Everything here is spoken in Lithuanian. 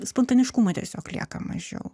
spontaniškumo tiesiog lieka mažiau